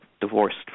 Divorced